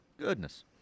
Goodness